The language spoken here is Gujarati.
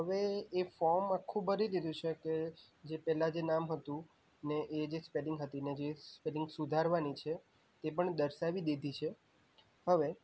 હવે એ ફોર્મ આખું ભરી દીધું છે કે જે પહેલાં જે નામ હતું ને એ જે સ્પેલિંગ હતી ને જે સ્પેલિંગ સુધારવાની છે તે પણ દર્શાવી દીધી છે હવે